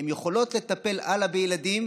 והן יכולות לטפל הלאה בילדים,